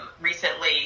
recently